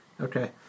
Okay